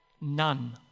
None